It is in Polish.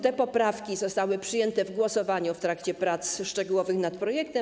Te poprawki zostały przyjęte w głosowaniu w trakcie prac szczegółowych nad projektem.